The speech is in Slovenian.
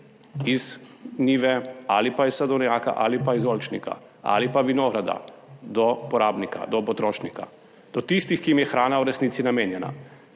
iz njive ali pa iz sadovnjaka ali pa iz oljčnika ali pa vinograda do porabnika, do potrošnika, do tistih, ki jim je hrana v resnici namenjena.